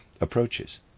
approaches